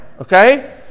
okay